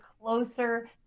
closer